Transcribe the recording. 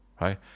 right